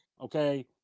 Okay